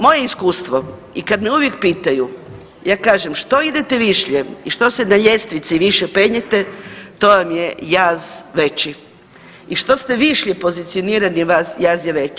Moje iskustvo i kad me uvijek pitaju ja kažem što idete višlje i što se na ljestvici više penjete to vam je jaz veći i što ste višlje pozicionirani jaz je veći.